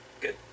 Good